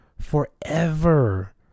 forever